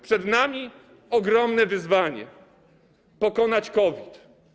Przed nami ogromne wyzwanie: pokonać COVID.